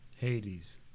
Hades